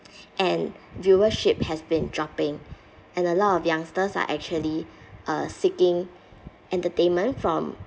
and viewership has been dropping and a lot of youngsters are actually uh seeking entertainment from